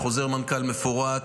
יש חוזר מנכ"ל מפורט.